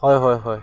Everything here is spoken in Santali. ᱦᱳᱭ ᱦᱳᱭ ᱦᱳᱭ